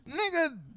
nigga